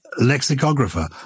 lexicographer